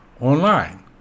online